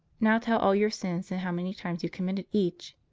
now tell all your sins and how many times you committed each.